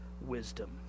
wisdom